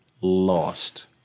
lost